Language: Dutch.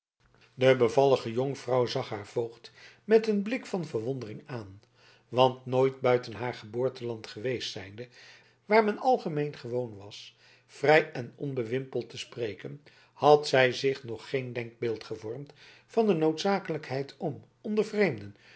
de bevallige jonkvrouw zag haar voogd met een blik van verwondering aan want nooit buiten haar geboorteland geweest zijnde waar men algemeen gewoon was vrij en onbewimpeld te spreken had zij zich nog geen denkbeeld gevormd van de noodzakelijkheid om onder vreemden